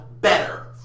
better